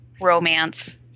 romance